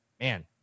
man